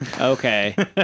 okay